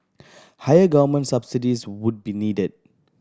higher government subsidies would be needed